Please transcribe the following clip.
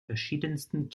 verschiedensten